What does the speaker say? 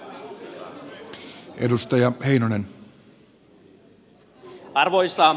arvoisa puhemies